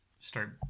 start